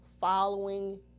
following